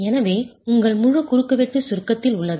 எனவே உங்கள் முழு குறுக்குவெட்டு சுருக்கத்தில் உள்ளது